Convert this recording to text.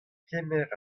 kemer